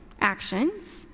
actions